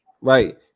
right